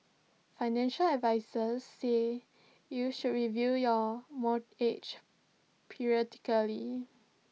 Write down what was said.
financial advisers say you should review your periodically